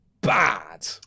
bad